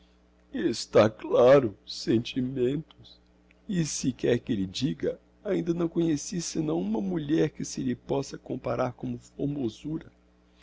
está claro sentimentos e se quer que lhe diga ainda não conheci senão uma mulher que se lhe possa comparar como formosura